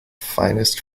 finest